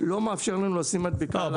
לא מאפשר לנו לשים מדבקה.